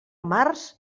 març